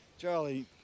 Charlie